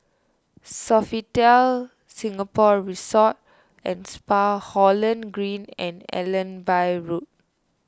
Sofitel Singapore Resort and Spa Holland Green and Allenby Road